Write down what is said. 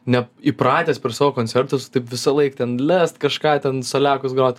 ne įpratęs per savo koncertus taip visąlaik ten lest kažką ten soliakus grot